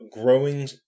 growing